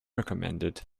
recommended